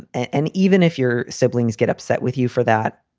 and even if your siblings get upset with you for that,